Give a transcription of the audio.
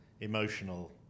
emotional